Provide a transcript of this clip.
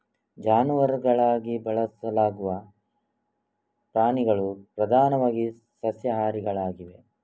ಜಾನುವಾರುಗಳಾಗಿ ಬಳಸಲಾಗುವ ಪ್ರಾಣಿಗಳು ಪ್ರಧಾನವಾಗಿ ಸಸ್ಯಾಹಾರಿಗಳಾಗಿವೆ